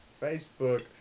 Facebook